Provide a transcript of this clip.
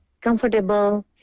comfortable